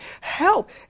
Help